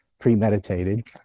premeditated